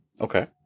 okay